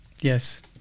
Yes